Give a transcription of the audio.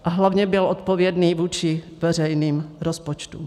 A hlavně byl odpovědný vůči veřejným rozpočtům.